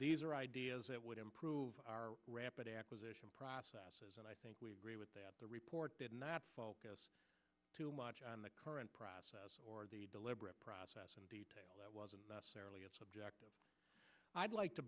these are ideas that would improve our rapid acquisition processes and i think we agree with the report did not focus too much on the current process or the deliberate process in detail that wasn't necessarily a subject of i'd like to